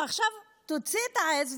ועכשיו: תוציא את העז,